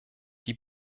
die